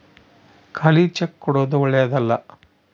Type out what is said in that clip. ಖಾಲಿ ಚೆಕ್ ಕೊಡೊದು ಓಳ್ಳೆದಲ್ಲ